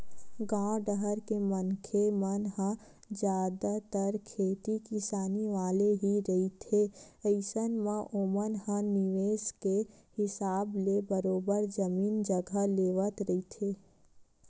गाँव डाहर के मनखे मन ह जादतर खेती किसानी वाले ही रहिथे अइसन म ओमन ह निवेस के हिसाब ले बरोबर जमीन जघा लेवत रहिथे